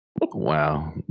Wow